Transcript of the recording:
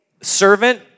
servant